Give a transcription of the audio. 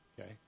okay